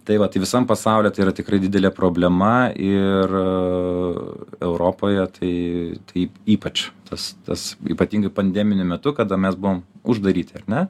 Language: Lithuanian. tai vat tai visam pasauly tai yra tikrai didelė problema ir europoje tai taip ypač tas tas ypatingai pandeminiu metu kada mes buvom uždaryti ar ne